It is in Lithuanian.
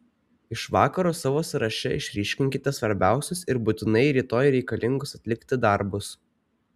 iš vakaro savo sąraše išryškinkite svarbiausius ir būtinai rytoj reikalingus atlikti darbus